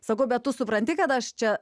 sakau bet tu supranti kad aš čia